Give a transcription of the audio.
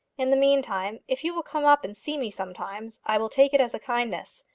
in the meantime, if you will come up and see me sometimes, i will take it as a kindness.